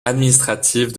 administrative